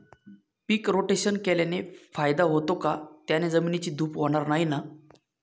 पीक rotation केल्याने फायदा होतो का? त्याने जमिनीची धूप होणार नाही ना?